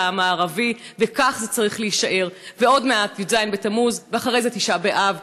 אנשי "חמאס" שזרקו את אנשי ה"פתח"